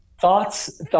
thoughts